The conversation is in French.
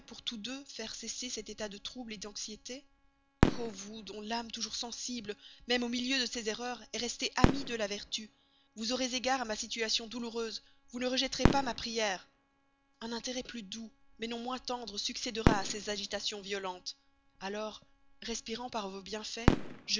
tous deux faire cesser cet état de trouble d'anxiété o vous dont l'âme toujours sensible même au milieu de ses erreurs est restée amie de la vertu vous aurez égard à ma situation douloureuse vous ne rejetterez pas ma prière un intérêt plus doux non moins tendre succédera à ces agitations violentes alors respirant par vos bienfaits je